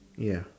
ya